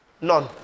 None